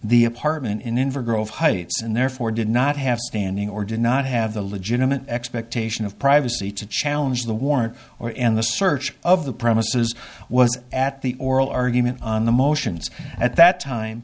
the apartment in in for grove heights and therefore did not have standing or did not have the legitimate expectation of privacy to challenge the warrant or in the search of the premises was at the oral argument on the motions at that time